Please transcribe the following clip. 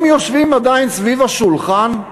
הם יושבים עדיין סביב השולחן?